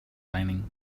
lining